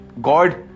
God